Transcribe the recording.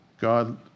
God